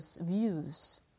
views